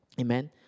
Amen